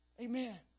Amen